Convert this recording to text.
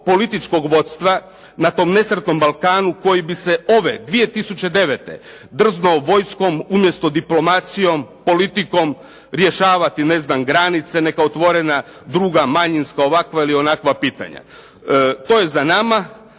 političkog vodstva na tom nesretnom Balkanu koji bi se ove 2009. drznuo vojskom umjesto diplomacijom, politikom, rješavati ne znam granice, neka otvorena druga manjinska ovakva ili onakva pitanja. To je za nama,